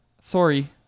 Sorry